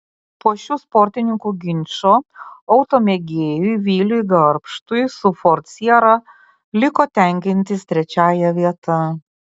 po šių sportininkų ginčo automėgėjui viliui garbštui su ford siera liko tenkintis trečiąja vieta